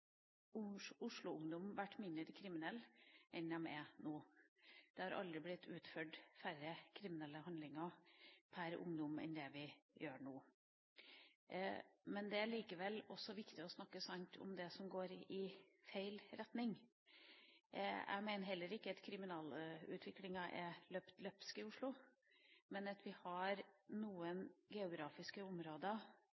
vært mindre kriminell enn de er nå. Det har aldri blitt utført færre kriminelle handlinger pr. ungdom enn det vi ser nå. Det er likevel viktig å snakke sant om det som går i feil retning. Jeg mener heller ikke at kriminalutviklinga har løpt løpsk i Oslo. Men at vi har noen